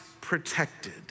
protected